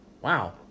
Wow